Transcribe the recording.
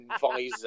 visor